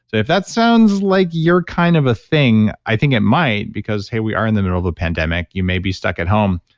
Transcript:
if that sounds like your kind of ah thing, i think it might because, hey, we are in the middle of a pandemic, you may be stuck at home.